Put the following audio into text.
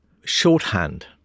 shorthand